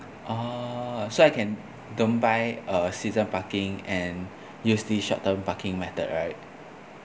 oh so I can don't buy a season parking and use this short term parking method right